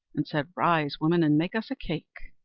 and said, rise, woman, and make us a cake.